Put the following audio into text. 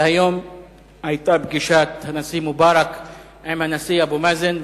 והיום היתה פגישת הנשיא מובארק עם הנשיא אבו מאזן,